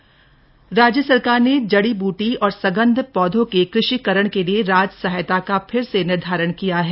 जड़ीबूटी राजसहायता राज्य सरकार ने जड़ी बूटी और सगन्ध पौधों के कृषिकरण के लिए राजसहायता का फिर से निर्धारण किया है